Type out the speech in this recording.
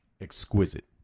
exquisite